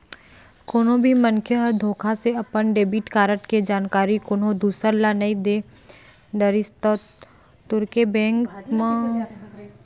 कोनो भी मनखे ह धोखा से अपन डेबिट कारड के जानकारी कोनो दूसर ल दे डरिस त तुरते बेंक म हॉटलिस्ट कराना चाही